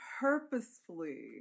purposefully